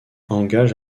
engage